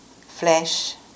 flesh